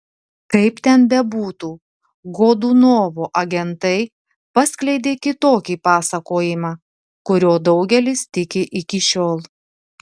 kaip ten bebūtų godunovo agentai paskleidė kitokį pasakojimą kuriuo daugelis tiki iki šiol